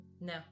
no